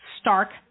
stark